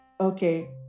okay